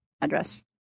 address